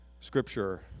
Scripture